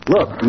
Look